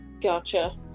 gotcha